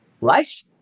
life